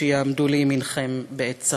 שיעמדו לימינכם בעת צרה.